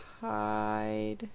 hide